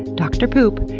dr. poop,